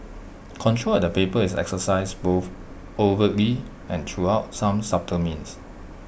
control at the paper is exercised both overtly and through out some subtle means